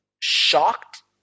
shocked